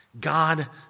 God